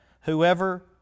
whoever